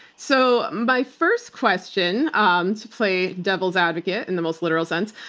so my first question, um to play devil's advocate in the most literal sense,